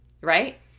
right